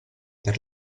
per